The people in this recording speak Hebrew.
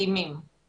אימים ואומרים: